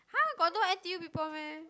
!huh! got no N_T_U people meh